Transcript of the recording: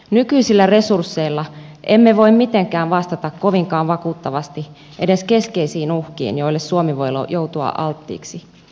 nykyisillä resursseilla emme voi mitenkään vastata kovinkaan vakuuttavasti edes keskeisiin uhkiin joille suomi voi joutua alttiiksi